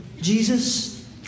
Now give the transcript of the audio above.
Jesus